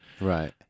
right